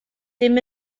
dim